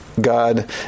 God